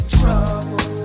trouble